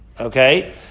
Okay